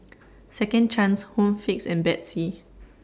Second Chance Home Fix and Betsy